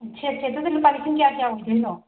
ꯁꯦꯠꯁꯦ ꯑꯗꯨꯅ ꯂꯨꯄꯥ ꯂꯤꯁꯤꯡ ꯀꯌ ꯀꯌꯥ ꯑꯣꯏꯗꯣꯏꯅꯣ